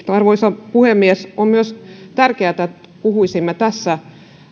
arvoisa puhemies on myös tärkeätä että puhuisimme tässä